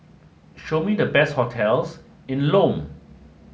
show me the best hotels in Lome